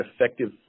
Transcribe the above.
effective